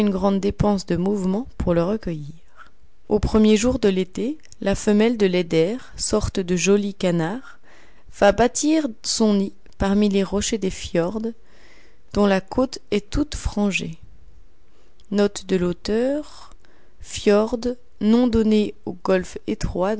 grande dépense de mouvement pour le recueillir aux premiers jours de l'été la femelle de l'eider sorte de joli canard va bâtir son nid parmi les rochers des fjrds dont la côte est toute frangée